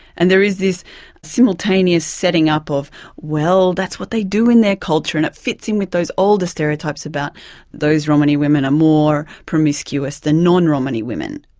and there is this simultaneous setting up of well, that's what they do in their culture, and it fits in with those older stereotypes about those romany women are more promiscuous than non-romany women.